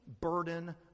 burden